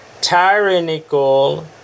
tyrannical